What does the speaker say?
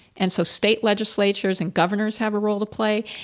and so state legislators and governors have a role to play.